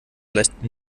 vielleicht